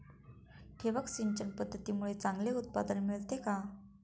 ठिबक सिंचन पद्धतीमुळे चांगले उत्पादन मिळते का?